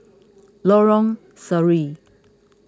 Lorong Sari